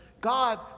God